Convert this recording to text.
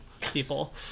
people